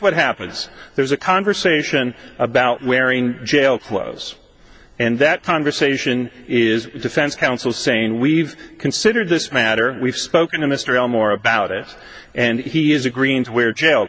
what happens there's a conversation about wearing jail clothes and that conversation is defense counsel saying we've considered this matter we've spoken to mr aylmore about it and he has a green where jail